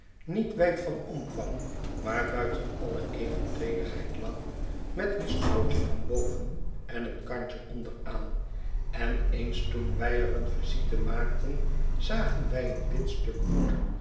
niet wijd van omvang maar buiten alle evenredigheid lang met een strookje van boven en een kantje onderaan en eens toen wij er een visite maakten zagen wij een wit stuk goed